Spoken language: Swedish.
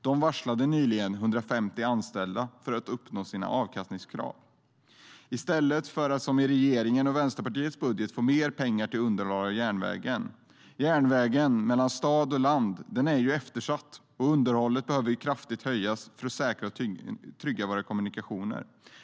De varslade nyligen 150 anställda för att uppnå sina avkastningskrav, i stället för att som i regeringens och Vänsterpartiets budget få mer pengar till underhåll av järnvägen. Järnvägen mellan land och stad är eftersatt, och underhållet behöver kraftigt höjas för att våra kommunikationer ska kunna säkras och tryggas.